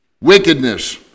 wickedness